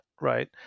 right